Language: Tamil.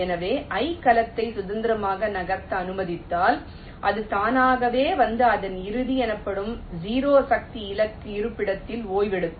எனவே i கலத்தை சுதந்திரமாக நகர்த்த அனுமதித்தால் அது தானாகவே வந்து அதன் இறுதி எனப்படும் 0 சக்தி இலக்கு இருப்பிடத்தில் ஓய்வெடுக்கும்